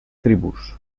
tribus